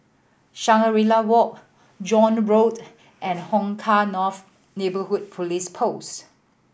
Shangri La Walk John Road and Hong Kah North Neighbourhood Police Post